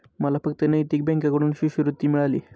मला फक्त नैतिक बँकेकडून शिष्यवृत्ती मिळाली